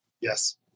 Yes